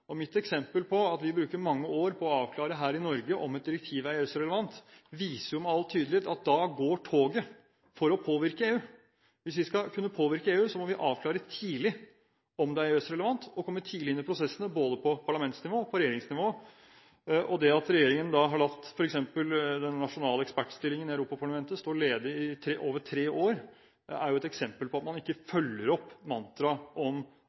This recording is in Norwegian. Mitt eksempel på at vi bruker mange år på å avklare her i Norge om et direktiv er EØS-relevant, viser jo med all tydelighet at da går toget for å påvirke EU. Hvis vi skal kunne påvirke EU, må vi avklare tidlig om det er EØS-relevant, og komme tidlig inn i prosessene både på parlamentsnivå og på regjeringsnivå. Det at regjeringen har latt den nasjonale ekspertstillingen i Europaparlamentet stå ledig i over tre år, er et eksempel på at man ikke følger opp mantraet om